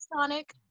Sonic